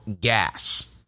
gas